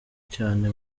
cyane